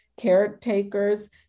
caretakers